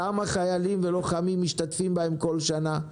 כמה חיילים ולוחמים משתתפים בהם כל שנה,